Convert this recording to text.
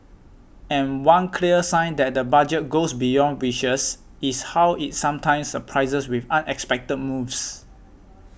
and one clear sign that the Budget goes beyond wishes is how it sometimes surprises with unexpected moves